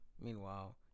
Meanwhile